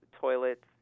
toilets